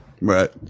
Right